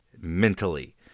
mentally